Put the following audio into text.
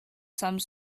some